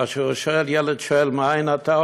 כאשר ילד שואל מאין אתה,